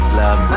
love